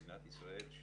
מדינת ישראל,